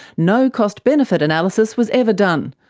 no cost benefit analysis was ever done.